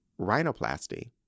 rhinoplasty